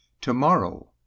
Tomorrow—